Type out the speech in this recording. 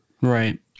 Right